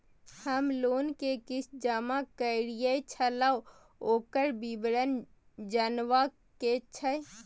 हम लोन के किस्त जमा कैलियै छलौं, ओकर विवरण जनबा के छै?